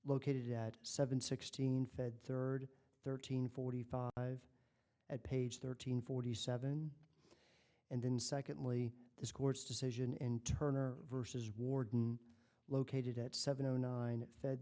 located at seven sixteen fed third thirteen forty five at page thirteen forty seven and then secondly this court's decision in turner versus warden located at seven o nine